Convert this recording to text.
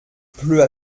pleut